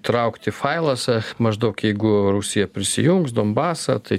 traukti failas maždaug jeigu rusija prisijungs donbasą tai